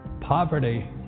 Poverty